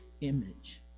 image